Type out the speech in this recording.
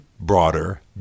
broader